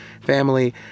family